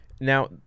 Now